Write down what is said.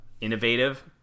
innovative